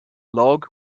log